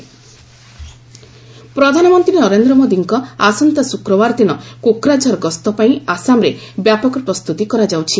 PM Kokrajhar ପ୍ରଧାନମନ୍ତ୍ରୀ ନରେନ୍ଦ୍ର ମୋଦିଙ୍କ ଆସନ୍ତା ଶୁକ୍ରବାର ଦିନ କୋକ୍ରାଝର ଗସ୍ତ ପାଇଁ ଆସାମରେ ବ୍ୟାପକ ପ୍ରସ୍ତୁତି କରାଯାଉଛି